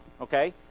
okay